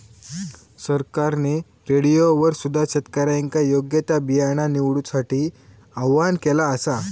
सरकारने रेडिओवर सुद्धा शेतकऱ्यांका योग्य ता बियाणा निवडूसाठी आव्हाहन केला आसा